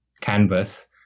canvas